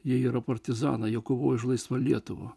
jie yra partizanai jie kovojo už laisvą lietuvą